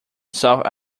south